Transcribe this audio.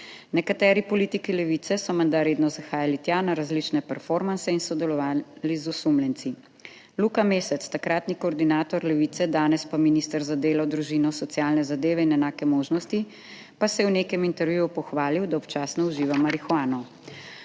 Nekateri politiki levice so menda redno zahajali tja na različne performanse in sodelovali z osumljenci. Luka Mesec, takratni koordinator Levice, danes pa minister za delo, družino, socialne zadeve in enake možnosti. Pa se je v nekem intervjuju pohvalil, da občasno uživa marihuano.